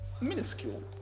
minuscule